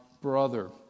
brother